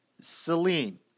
Celine